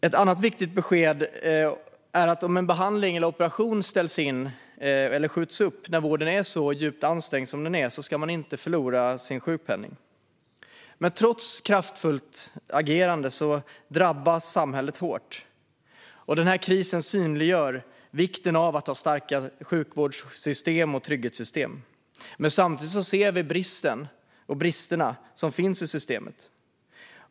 Ett annat viktigt besked är att om en behandling eller operation ställs in eller skjuts upp på grund av att sjukvården nu är så djupt ansträngd ska man inte förlora sin sjukpenning. Trots kraftfullt agerande drabbas samhället hårt. Den här krisen synliggör vikten av att ha starka sjukvårds och trygghetssystem. Men samtidigt ser vi de brister som finns i systemen.